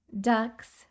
ducks